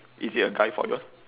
is it a guy for yours